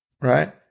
right